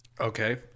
Okay